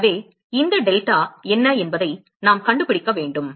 எனவே இந்த டெல்டா என்ன என்பதை நாம் கண்டுபிடிக்க வேண்டும்